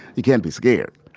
you can't be scared,